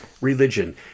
religion